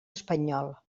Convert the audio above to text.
espanyol